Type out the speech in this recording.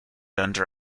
under